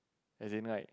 isn't right